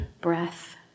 breath